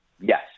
Yes